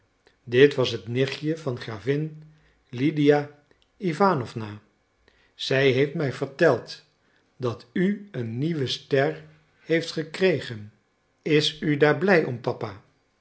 lydia iwanowna zij heeft mij verteld dat u een nieuwe ster heeft gekregen is u daar blij om papa